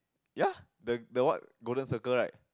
ya the the what Golden Circle right